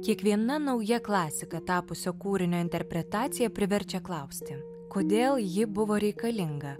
kiekviena nauja klasika tapusio kūrinio interpretacija priverčia klausti kodėl ji buvo reikalinga